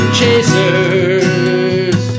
chasers